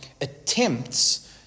attempts